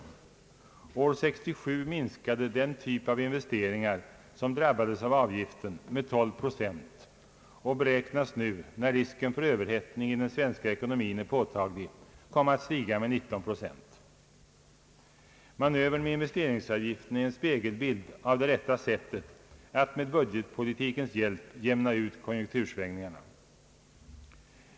År 1967 minskade den typ av investeringar som drabbades av avgiften med 12 procent, och den beräknas nu, när risken för överhettning inom den svenska ekonomin är påtaglig, komma att stiga med 19 procent. Manövern med investeringsavgiften är en spegelbild av det rätta sättet att med budgetpolitikens hjälp jämna ut konjunktursvängningarna.